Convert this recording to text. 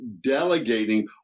delegating